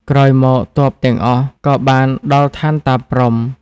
ក្រោយមក ទ័ពទាំងអស់ក៏បានដល់ឋានតាព្រហ្ម ។